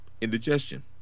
indigestion